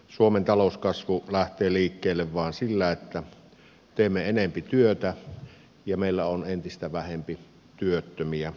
suomen talouskasvu lähtee liikkeelle vain sillä että teemme enempi työtä ja meillä on entistä vähempi työttömiä